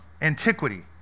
antiquity